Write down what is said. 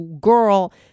girl